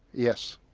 yes.